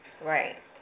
Right